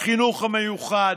בחינוך המיוחד,